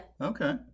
Okay